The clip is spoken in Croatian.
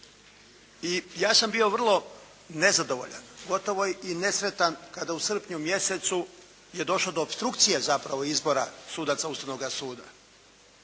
I ja sam bio vrlo nezadovoljan, gotovo i nesretan kada u srpnju mjesecu je došlo do opstrukcije zapravo izbora sudaca Ustavnoga suda.